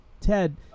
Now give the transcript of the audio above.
Ted